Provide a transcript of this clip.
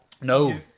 No